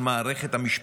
על מערכת המשפט,